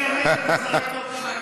שהצביעה נגד וזרקת אותה מהתנועה.